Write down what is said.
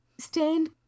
stained